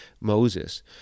Moses